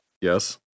Yes